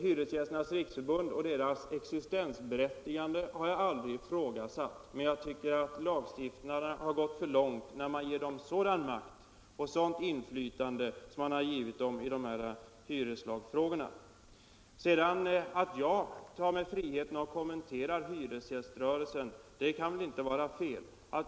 Hyresgästernas riksförbund och dess existensberättigande har jag aldrig ifrågasatt, men jag tycker att lagstiftarna har gått för långt när de ger förbundet sådan makt och sådant inflytande som i hyreslagsfrågorna. Att jag sedan tog mig friheten att kommentera hyresgäströrelsens uppträdande kan väl inte vara fel.